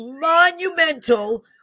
monumental